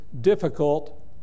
difficult